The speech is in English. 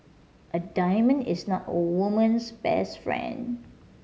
a diamond is not a woman's best friend